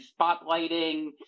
spotlighting